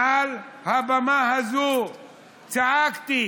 מעל הבמה הזו צעקתי: